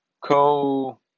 co